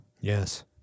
Yes